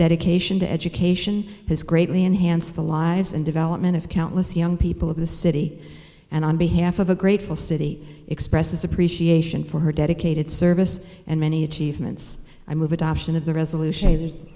dedication to education has greatly enhanced the lives and development of countless young people of the city and on behalf of a grateful city expresses appreciation for her dedicated service and many achievements i move adoption of the resolution